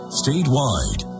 statewide